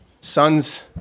son's